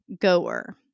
goer